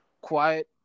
quiet